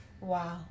Wow